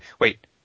wait